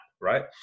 right